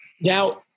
Now